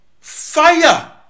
Fire